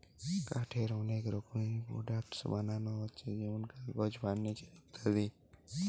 কাঠের অনেক রকমের প্রোডাক্টস বানানা হচ্ছে যেমন কাগজ, ফার্নিচার ইত্যাদি